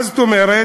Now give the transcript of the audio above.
מה זאת אומרת?